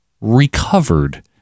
recovered